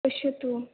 पश्यतु